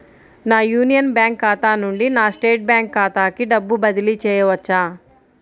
నా Union Bank ఖాతా నుండి నా స్టేట్ బ్యాంకు ఖాతాకి డబ్బు బదిలి చేయవచ్చా?